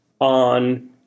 on